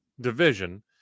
division